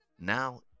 now